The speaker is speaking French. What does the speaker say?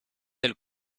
tel